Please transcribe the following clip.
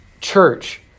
church